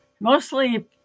Mostly